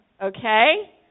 okay